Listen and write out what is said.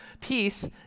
Peace